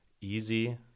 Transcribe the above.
easy